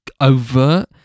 overt